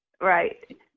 Right